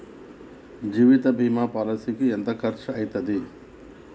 జీవిత బీమా పాలసీకి ఎంత ఖర్చయితది?